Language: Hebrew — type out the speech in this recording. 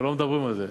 אבל לא מדברים על זה.